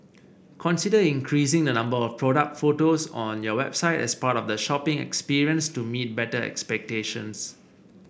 consider increasing the number of product photos on your website as part of the shopping experience to be better expectations